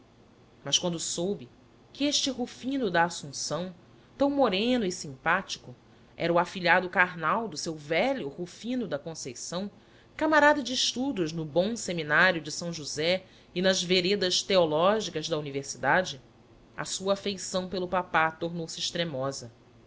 mas quando soube que este rufino da assunção tão moreno e simpático era o afilhado carnal do seu velho rufino da conceição camarada de estudos no bom seminário de são josé e nas veredas teológicas da universidade a sua afeição pelo papá tomou se extremosa